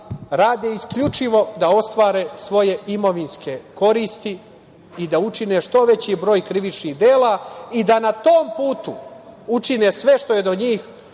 rade isključivo da ostvare svoje imovinske koristi i da učine što veći broj krivičnih dela i da na tom putu učine sve što je do njih